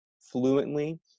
fluently